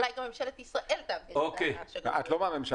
אולי גם ממשלת ישראל תעביר את ה- -- את לא מהממשלה?